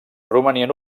romanien